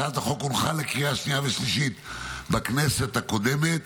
הצעת החוק הונחה לקריאה שניה ושלישית בכנסת הקודמת,